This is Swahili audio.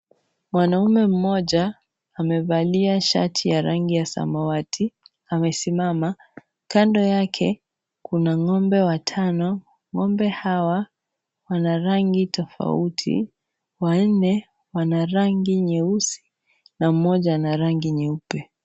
Mwanaume mmoja amevalia shati ya rangi ya samawati, amesimama kando yake kuna ng'ombe watano ng'ombe hawa wana rangi tofauti wanne wana rangi nyeusi na mmoja ana rangi nyeupe.